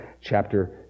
chapter